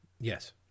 Yes